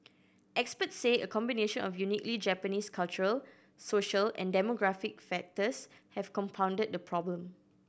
experts say a combination of uniquely Japanese cultural social and demographic factors have compounded the problem